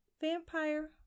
vampire